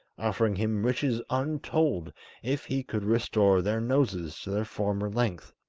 offering him riches untold if he could restore their noses to their former length.